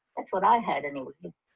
that's what i had anyway.